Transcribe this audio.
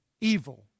evil